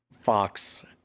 Fox